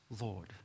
Lord